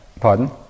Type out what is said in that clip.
Pardon